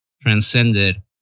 transcended